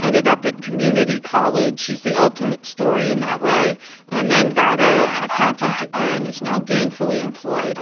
ended up at community college she's the ultimate story in that way and then got a accounting degree and is now gainfully employed.